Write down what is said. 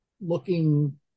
looking